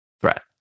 threat